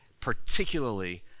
particularly